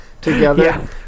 together